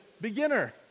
beginner